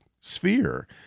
sphere